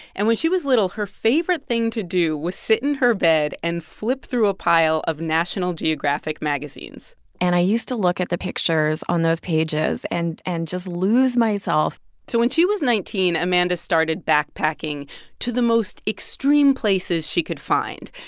and when she was little, her favorite thing to do was sit in her bed and flip through a pile of national geographic magazines and i used to look at the pictures on those pages and and just lose myself so when she was nineteen, amanda started backpacking to the most extreme places she could find.